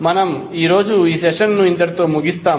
మనము ఈ రోజు ఈ సెషన్ను ఇంతటితో ముగిస్తాము